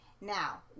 now